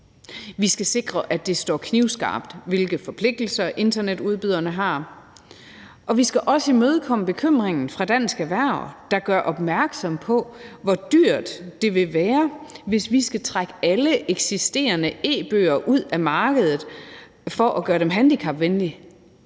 Vi skal sikre, at det står knivskarpt, hvilke forpligtelser internetudbyderne har, og vi skal også imødekomme bekymringen fra Dansk Erhverv, der gør opmærksom på, hvor dyrt det vil være, hvis vi skal trække alle eksisterende e-bøger ud af markedet for at gøre dem handicapvenlige.